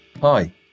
Hi